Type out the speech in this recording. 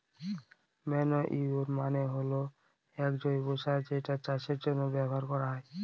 manure মানে হল এক জৈব সার যেটা চাষের জন্য ব্যবহার করা হয়